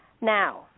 Now